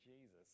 Jesus